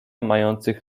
mających